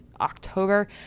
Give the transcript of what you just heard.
October